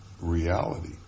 reality